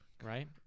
Right